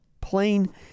plain